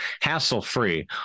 hassle-free